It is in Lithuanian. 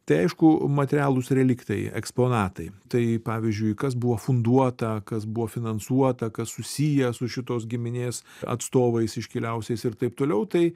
tai aišku materialūs reliktai eksponatai tai pavyzdžiui kas buvo funduota kas buvo finansuota kas susiję su šitos giminės atstovais iškiliausiais ir taip toliau tai